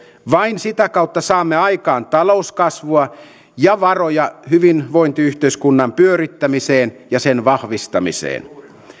vain sitä kautta saamme aikaan talouskasvua ja varoja hyvinvointiyhteiskunnan pyörittämiseen ja sen vahvistamiseen